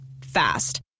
Fast